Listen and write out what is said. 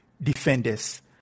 defenders